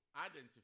identify